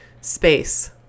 space